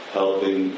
helping